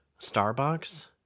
Starbucks